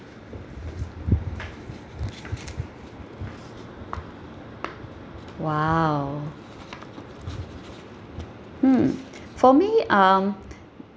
!wow! mm for me um